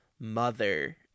mother